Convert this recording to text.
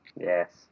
Yes